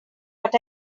but